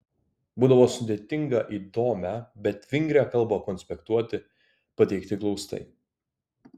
būdavo sudėtinga įdomią bet vingrią kalbą konspektuoti pateikti glaustai